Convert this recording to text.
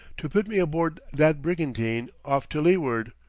to put me aboard that brigantine, off to leeward.